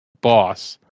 boss